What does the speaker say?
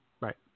Right